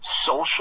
social